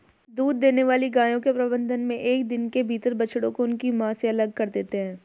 दूध देने वाली गायों के प्रबंधन मे एक दिन के भीतर बछड़ों को उनकी मां से अलग कर देते हैं